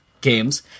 games